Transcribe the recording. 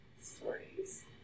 stories